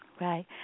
Right